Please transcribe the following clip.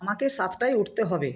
আমাকে সাতটায় উঠতে হবে